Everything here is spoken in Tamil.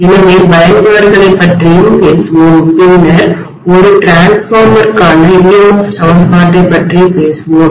எனவே பயன்பாடுகளைப் பற்றியும் பேசுவோம் பின்னர் ஒரு மின்மாற்றிக்கானடிரான்ஸ்ஃபார்மர்கான EMF சமன்பாட்டைப் பற்றி பேசுவோம்